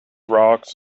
rocks